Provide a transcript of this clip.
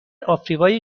آفریقای